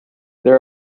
there